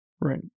Right